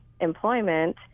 employment